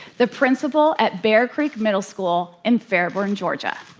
the principal at bear creek middle school in fairburn, georgia.